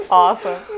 awesome